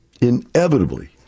inevitably